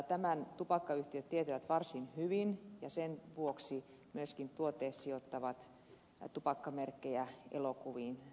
tämän tupakkayhtiöt tietävät varsin hyvin ja sen vuoksi myöskin tuotesijoittavat tupakkamerkkejä elokuviinsa